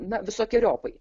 na visokeriopai